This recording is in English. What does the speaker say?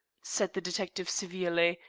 said the detective severely,